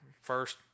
first